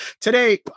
Today